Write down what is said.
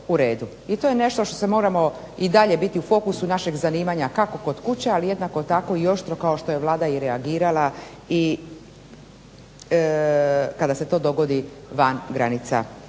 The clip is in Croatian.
i to je nešto što se moramo i dalje biti u fokusu našeg zanimanja kako kod kuće, ali jednako tako i oštro kao što je Vlada i reagirala i kada se to dogodi van granica